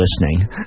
listening